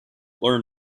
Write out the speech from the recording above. learn